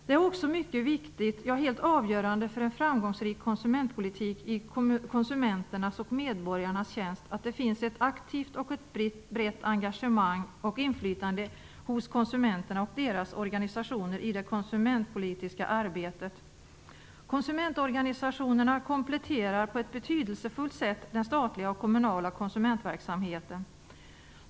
Det är också mycket viktigt, ja, helt avgörande för en framgångsrik konsumentpolitik i konsumenternas och medborgarnas tjänst, att det finns ett aktivt och brett engagemang och inflytande hos konsumenterna och deras organisationer i det konsumentpolitiska arbetet. Konsumentorganisationerna kompletterar på ett betydelsefullt sätt den statliga och kommunala konsumentverksamheten.